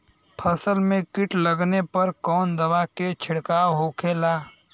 फसल में कीट लगने पर कौन दवा के छिड़काव होखेला?